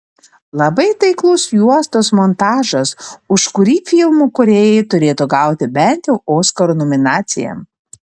labai taiklus juostos montažas už kurį filmo kūrėjai turėtų gauti bent jau oskaro nominaciją